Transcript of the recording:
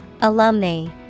Alumni